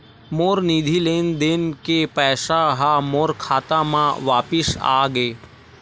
मोर निधि लेन देन के पैसा हा मोर खाता मा वापिस आ गे